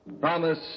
Promise